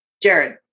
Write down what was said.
Jared